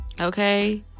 okay